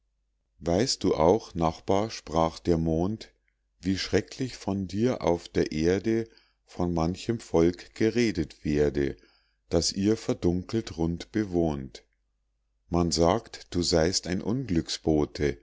weißt du auch nachbar sprach der mond wie schrecklich von dir auf der erde von manchem volk geredet werde das ihr verdunkelt rund bewohnt man sagt du sey'st ein unglücksbote